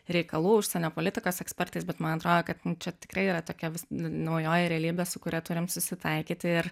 reikalų užsienio politikos ekspertais bet man atrodo kad čia tikrai yra tokia naujoji realybė su kuria turime susitaikyti ir